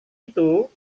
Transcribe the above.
itu